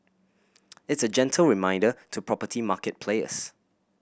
it's a gentle reminder to property market players